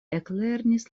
eklernis